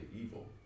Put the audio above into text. evil